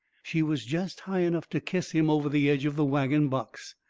she was jest high enough to kiss him over the edge of the wagon box.